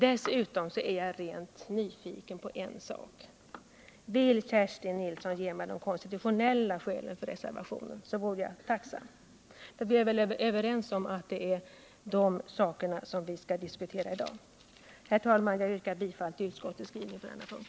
Dessutom är jag rent nyfiken när det gäller en annan fråga, nämligen de konstitutionella skälen för reservationen. Om Kerstin Nilsson ville redogöra för dessa, så vore jag tacksam. Vi är väl överens om att det är sådana saker som vi skall diskutera i dag. Herr talman! Jag yrkar bifall till utskottets förslag på denna punkt.